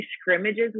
scrimmages